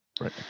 right